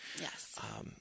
Yes